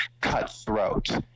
cutthroat